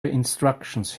instructions